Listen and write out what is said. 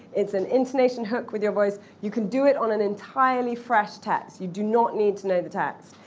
it's an intonation hook with your voice. you can do it on an entirely fresh text. you do not need to know the text.